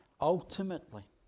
ultimately